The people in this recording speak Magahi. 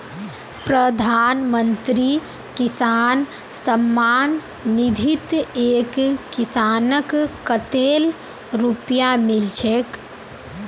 प्रधानमंत्री किसान सम्मान निधित एक किसानक कतेल रुपया मिल छेक